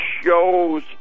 shows